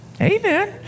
Amen